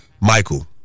Michael